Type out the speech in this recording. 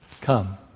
come